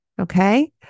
okay